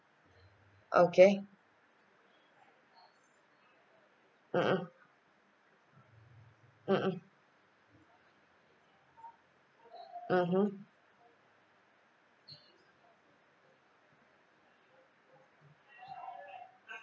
okay mmhmm mmhmm mmhmm